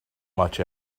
much